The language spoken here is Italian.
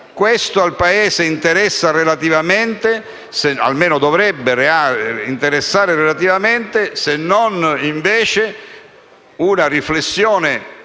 Questo al Paese interessa relativamente (o almeno dovrebbe interessare relativamente), ma serve invece una riflessione